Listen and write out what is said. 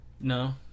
No